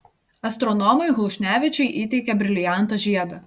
astronomui hlušnevičiui įteikė brilianto žiedą